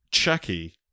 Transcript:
Chucky